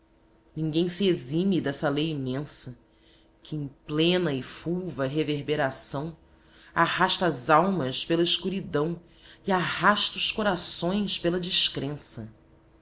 ninguém se exime dessa lei imensa que em plena e fulva reverberação arrasta as almas pela escuridão e arrasta os corações pela descrença